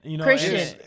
Christian